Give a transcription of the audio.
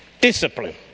discipline